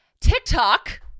TikTok